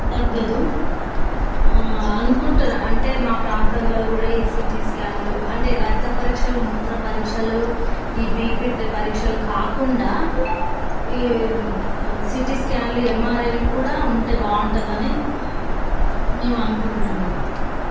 తగ్గదు అనుకుంటున్నా అంటే మా ప్రాంతంలో కూడా ఈ సిటీ స్కాన్లు అంటే రక్త పరీక్షలు మూత్ర పరీక్షలు ఈ బీపీ పరీక్షలు కాకుండా ఈ సిటీ స్కాన్లు ఎంఆర్ఐలు కూడా ఉంటే బాగుంటుంది అని మేము అనుకుంటున్నాం